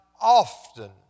often